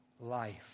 life